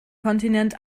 kontinent